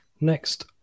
Next